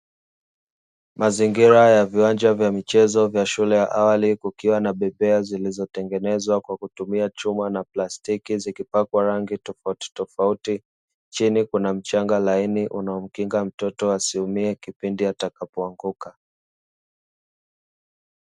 Mazingira ya viwanja vya michezo vya shule ya awali, kukiwa na bembea zilizotengenezwa kwa kutumia chuma na plastiki zikipakwa rangi tofautitofauti, chini kuna mchanga laini unaomkinga mtoto asiumie kipindi atakapoanguka.